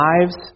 Lives